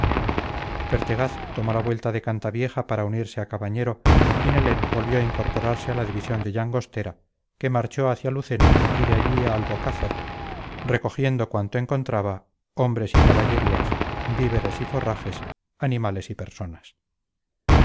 pertegaz tomó la vuelta de cantavieja para unirse a cabañero y nelet volvió a incorporarse a la división de llangostera que marchó hacia lucena y de aquí a albocácer recogiendo cuanto encontraba hombres y caballerías víveres y forrajes animales y personas